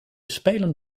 spelen